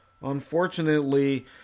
unfortunately